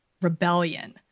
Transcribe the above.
rebellion